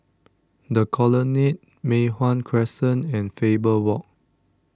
the Colonnade Mei Hwan Crescent and Faber Walk